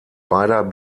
beider